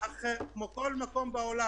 כן, שלום,